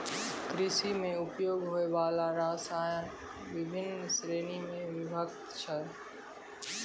कृषि म उपयोग होय वाला रसायन बिभिन्न श्रेणी म विभक्त छै